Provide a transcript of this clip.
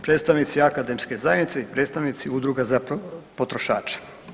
predstavnici akademske zajednice i predstavnici udruga za potrošača.